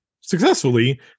successfully